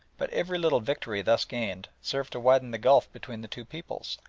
but every little victory thus gained served to widen the gulf between the two peoples,